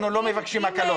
אנחנו לא מבקשים הקלות.